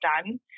done